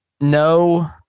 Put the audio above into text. No